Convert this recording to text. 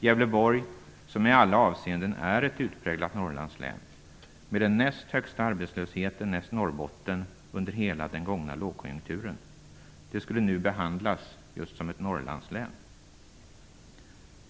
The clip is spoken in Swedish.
Gävleborg - som i alla avseenden är ett utpräglat Norrlandslän, med den näst högsta arbetslösheten efter Norrbotten under hela den gångna lågkonjunkturen - skulle nu behandlas som just ett Norrlandslän.